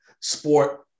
sport